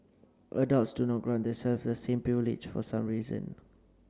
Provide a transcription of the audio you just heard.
adults do not grant themselves the same privilege for some reason